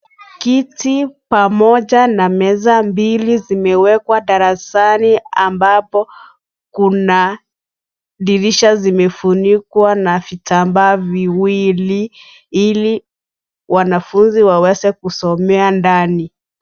Kiti pamoja na meza mbili zimewekwa darasani ambapo kuna dirisha zimefunikwa na vitambaa viwili ili wanafunzi waweze kusomea ndani.